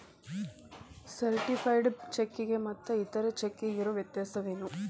Certified ಚೆಕ್ಕಿಗೆ ಮತ್ತ್ ಇತರೆ ಚೆಕ್ಕಿಗಿರೊ ವ್ಯತ್ಯಸೇನು?